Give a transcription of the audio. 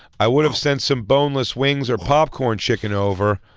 i would have sent some boneless wings or popcorn chicken over,